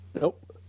Nope